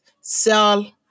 sell